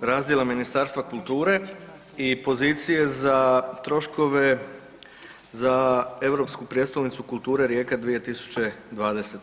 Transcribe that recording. razdjela Ministarstva kulture i pozicije za troškove za Europsku prijestolnicu kulture Rijeka 2020.